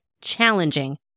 challenging